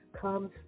comes